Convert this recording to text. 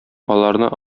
аларны